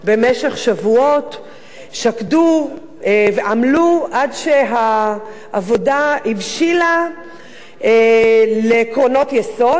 במשך שבועות שקדו ועבדו עד שהעבודה הבשילה לעקרונות יסוד,